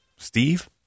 Steve